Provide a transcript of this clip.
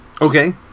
Okay